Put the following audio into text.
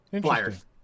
Flyers